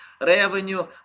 revenue